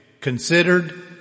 considered